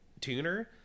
tuner